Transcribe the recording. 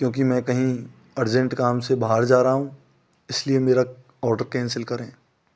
क्योंकि मैं कहीं अर्जेन्ट काम से बाहर जा रहा हूँ इसलिए मेरा ऑर्डर कैंसिल करें